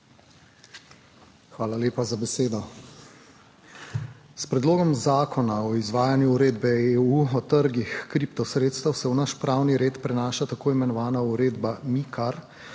Hvala lepa za besedo. S predlogom zakona o izvajanju Uredbe (EU) o trgih kriptosredstev se v naš pravni red prenaša tako imenovana uredba MiCAR,